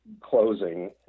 closing